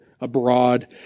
abroad